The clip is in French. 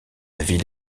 ville